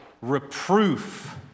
Reproof